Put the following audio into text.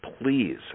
please